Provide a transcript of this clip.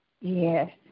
Yes